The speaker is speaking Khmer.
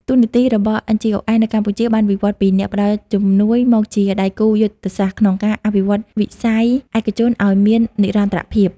តួនាទីរបស់ NGOs នៅកម្ពុជាបានវិវត្តពី "អ្នកផ្ដល់ជំនួយ" មកជា "ដៃគូយុទ្ធសាស្ត្រ" ក្នុងការអភិវឌ្ឍវិស័យឯកជនឱ្យមាននិរន្តរភាព។